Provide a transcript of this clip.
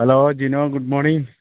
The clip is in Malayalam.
hello Jino good morning